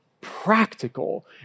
practical